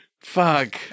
Fuck